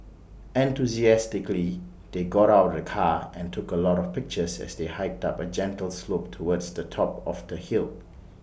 enthusiastically they got out of the car and took A lot of pictures as they hiked up A gentle slope towards the top of the hill